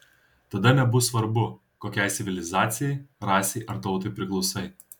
tada nebus svarbu kokiai civilizacijai rasei ar tautai priklausai